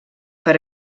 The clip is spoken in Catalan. per